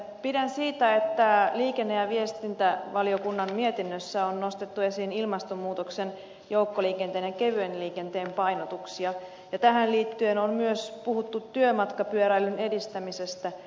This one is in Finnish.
pidän siitä että liikenne ja viestintävaliokunnan mietinnössä on nostettu esiin ilmastonmuutoksen joukkoliikenteen ja kevyen liikenteen painotuksia ja tähän liittyen on myös puhuttu työmatkapyöräilyn edistämisestä